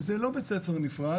זה לא בית ספר נפרד.,